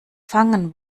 fangen